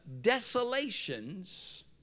desolations